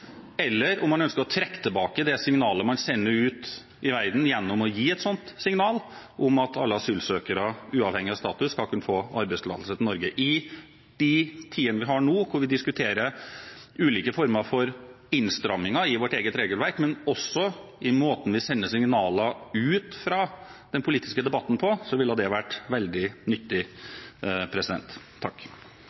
eller om man ønsker å trekke tilbake det signalet man sender ut i verden, om at alle asylsøkere, uavhengig av status, skal kunne få arbeidstillatelse i Norge. I de tidene vi har nå, når vi diskuterer ulike former for innstramminger i vårt eget regelverk, men også måten vi sender signaler ut fra den politiske debatten på, så ville det vært veldig nyttig.